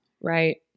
Right